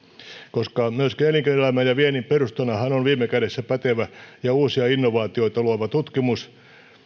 koska myöskin elinkeinoelämän ja viennin perustanahan on viime kädessä pätevä ja uusia innovaatioita luova tutkimus